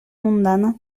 mundana